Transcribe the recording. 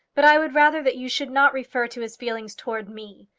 but i would rather that you should not refer to his feelings towards me.